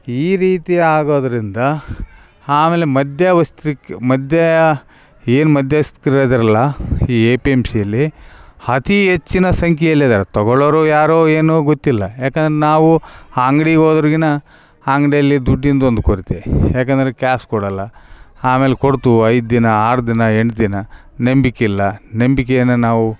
ಈ ರೀತಿ ಆಗೋದ್ರಿಂದ ಆಮೇಲೆ ಮಧ್ಯವಸ್ತಿಕ್ ಮಧ್ಯ ಏನು ಮಧ್ಯಸ್ಥರು ಇದ್ದಾರಲ್ಲಾ ಈ ಎ ಪಿ ಎಮ್ ಸಿಯಲ್ಲಿ ಅತೀ ಹೆಚ್ಚಿನ ಸಂಖ್ಯೆಯಲ್ಲಿದ್ದಾರೆ ತಗೋಳ್ಳೋರು ಯಾರೋ ಏನೋ ಗೊತ್ತಿಲ್ಲ ಯಾಕಂದು ನಾವು ಆ ಅಂಗಡಿ ಹೋದ್ರೆಗಿನ ಆ ಅಂಗಡಿಯಲ್ಲಿ ದುಡ್ಡಿಂದೊಂದು ಕೊರತೆ ಯಾಕಂದ್ರೆ ಕ್ಯಾಶ್ ಕೊಡೋಲ್ಲ ಆಮೇಲೆ ಕೊಡ್ತುವು ಐದು ದಿನ ಆರು ದಿನ ಎಂಟು ದಿನ ನಂಬಿಕೆ ಇಲ್ಲ ನಂಬಿಕೆಯನ್ನ ನಾವು